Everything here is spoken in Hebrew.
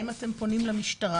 האם אתם פונים למשטרה?